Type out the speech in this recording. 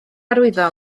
arwyddo